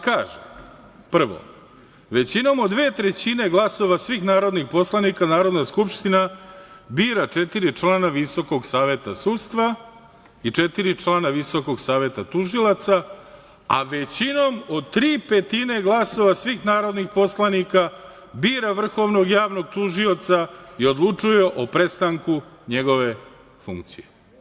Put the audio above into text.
Kaže, prvo, većinom od dve trećine glasova svih narodnih poslanika Narodna skupština bira četiri člana Visokog saveta sudstva i četiri člana Visokog saveta tužilaca, a većinom od tri petine glasova svih narodnih poslanika bira vrhovnog javnog tužioca i odlučuje o prestanku njegove funkcije.